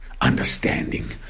understanding